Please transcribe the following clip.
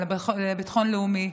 לביטחון לאומי,